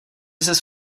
ses